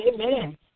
Amen